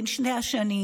בין שתי השנים.